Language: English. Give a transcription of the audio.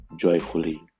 joyfully